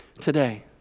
today